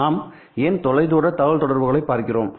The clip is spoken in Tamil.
நாம் ஏன் தொலைதூர தகவல்தொடர்புகளைப் பார்க்கிறோம்